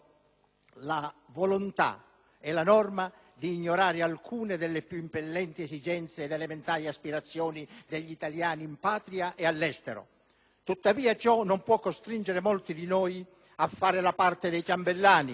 la volontà e la norma di ignorare alcune delle più impellenti esigenze ed elementari aspirazioni degli italiani in Patria e all'estero. Tuttavia ciò non può costringere molti di noi a fare la parte dei ciambellani